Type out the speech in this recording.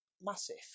massive